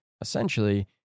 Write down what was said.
essentially